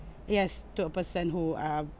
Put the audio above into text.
yes to a person who uh